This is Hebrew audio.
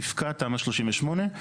תפקע התמ"א 38,